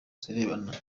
zirebana